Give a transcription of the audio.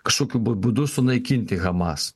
kažkokiu bu būdu sunaikinti hamas